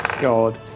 God